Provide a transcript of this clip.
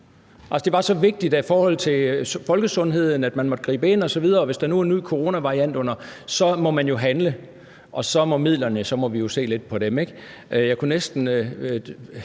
det var så vigtigt i forhold til folkesundheden, at man måtte gribe ind osv., og at hvis der nu var en ny coronavariant under opsejling, måtte man handle, og så måtte man jo se lidt på